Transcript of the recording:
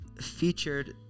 featured